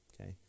Okay